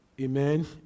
Amen